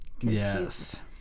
Yes